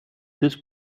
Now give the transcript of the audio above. this